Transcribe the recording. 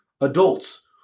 adults